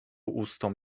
ustom